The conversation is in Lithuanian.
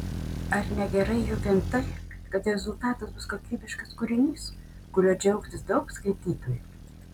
ar ne gerai jau vien tai kad rezultatas bus kokybiškas kūrinys kuriuo džiaugsis daug skaitytojų